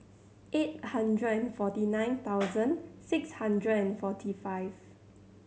eight hundred and forty nine thousand six hundred and forty five